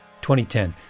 2010